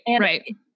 right